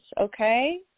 okay